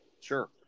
sure